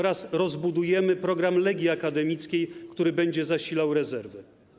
Rozbudujemy program Legii Akademickiej, który będzie zasilał rezerwy.